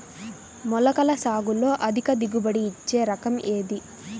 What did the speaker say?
మొలకల సాగులో అధిక దిగుబడి ఇచ్చే రకం ఏది?